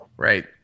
Right